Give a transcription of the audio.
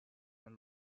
and